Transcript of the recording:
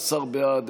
ארבעה קולות בעד.